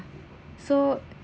so